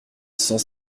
cent